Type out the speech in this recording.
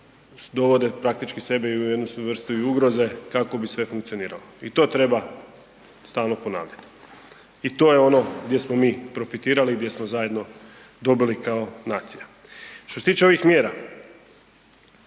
i dovode praktički i sebe u jednu vrstu ugroze kako bi sve funkcioniralo i to treba stalno ponavljati i to je ono gdje smo mi profitirali gdje smo zajedno dobili kao nacija. Što se tiče ovih mjera,